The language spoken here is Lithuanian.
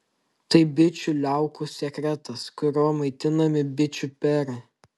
tai bičių liaukų sekretas kuriuo maitinami bičių perai